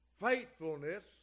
Faithfulness